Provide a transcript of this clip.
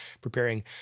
preparing